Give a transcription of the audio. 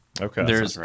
Okay